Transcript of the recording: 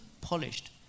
polished